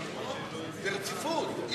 בוועדת הכספים יש רציפות.